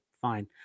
fine